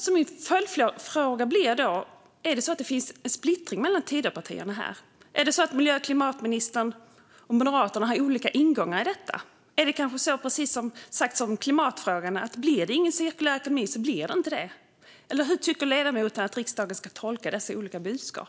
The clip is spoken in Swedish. Min följdfråga är då om det finns splittring bland Tidöpartierna här. Är det så att miljö och klimatministern och Moderaterna har olika ingångar i detta? Är det så som man sagt om klimatfrågan att blir det ingen cirkulär ekonomi så blir det inte det? Eller hur tycker ledamoten att riksdagen ska tolka dessa olika budskap?